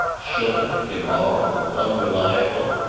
flippant, immoral, and unreliable.